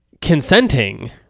consenting